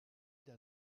der